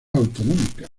autonómica